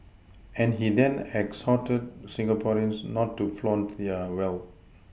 and he then exhorted Singaporeans not to flaunt their wealth